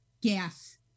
gas